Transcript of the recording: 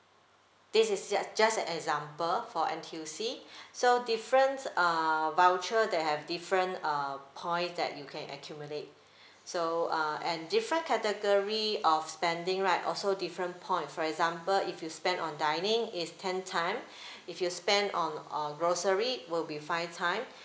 this is ju~ just an example for N_T_U_C so difference um voucher they have different uh point that you can accumulate so uh and different category of spending right also different point for example if you spend on dining is ten time if you spend on uh grocery will be five time